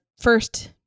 first